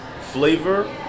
flavor